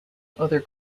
other